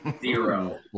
Zero